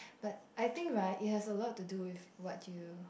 but I think right it has a lot to do with what you